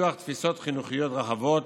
לפיתוח תפיסות חינוכיות רחבות